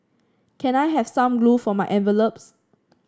can I have some glue for my envelopes